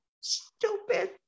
stupid